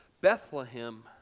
Bethlehem